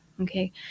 okay